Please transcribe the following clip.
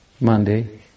Monday